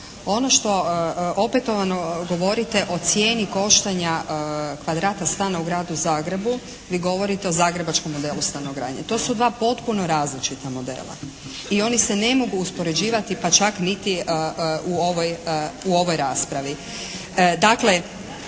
Ono što opetovano govorite o cijenu koštanja kvadrata stana u gradu Zagrebu vi govorite o zagrebačkom modelu stanogradnje. To su dva potpuno različita modela. I oni se ne mogu uspoređivati pa čak niti u ovoj raspravi.